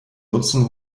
nutzen